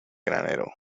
granero